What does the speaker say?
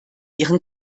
ihren